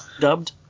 dubbed